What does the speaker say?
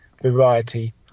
variety